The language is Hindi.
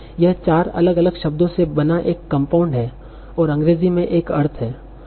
यह चार अलग अलग शब्दों से बना एक कंपाउंड है और अंग्रेजी में एक अर्थ है